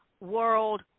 world